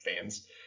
fans